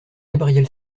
gabriel